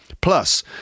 Plus